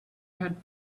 had